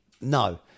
No